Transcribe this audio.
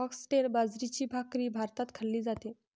foxtail बाजरीची भाकरीही भारतात खाल्ली जाते